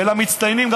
ולמצטיינים,